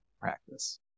practice